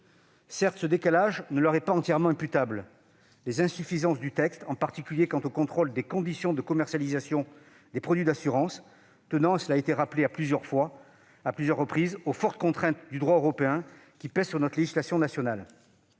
Certes, ce décalage ne leur est pas entièrement imputable, les insuffisances du texte, en particulier quant au contrôle des conditions de commercialisation des produits d'assurance, tenant- cela a été rappelé à plusieurs reprises -aux fortes contraintes du droit européen qui pèsent sur notre législation nationale.